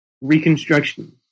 Reconstruction